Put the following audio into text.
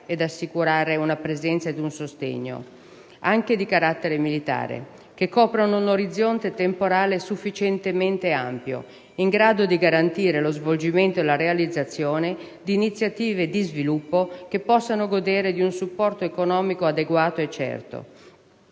ed assicurare una presenza ed un sostegno, anche di carattere militare, che coprano un orizzonte temporale sufficientemente ampio, in grado di garantire lo svolgimento e la realizzazione di iniziative di sviluppo che possano godere di un supporto economico adeguato e certo.